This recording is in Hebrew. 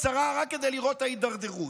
קצרה רק כדי לראות את ההידרדרות.